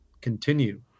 continue